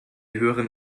hören